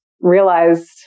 realized